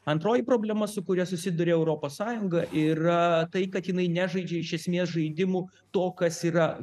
antroji problema su kuria susiduria europos sąjunga yra tai kad jinai nežaidžia iš esmės žaidimų to kas yra